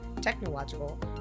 technological